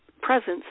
presence